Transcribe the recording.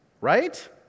Right